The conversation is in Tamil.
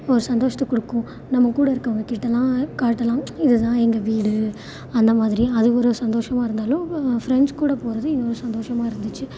ஒரு சந்தோசத்தை கொடுக்கும் நம்ம கூட இருக்கவங்க கிட்டலாம் காட்டலாம் இது தான் எங்கள் வீடு அந்த மாதிரி அது ஒரு சந்தோசமாக இருந்தாலும் ஃப்ரெண்ட்ஸ் கூட போகறது இன்னும் ஒரு சந்தோசமாக இருந்துச்சு